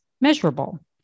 measurable